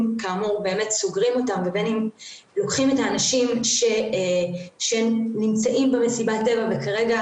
סוגרים אותן ובין לוקחים את האנשים שנמצאים במסיבת הטבע וכרגע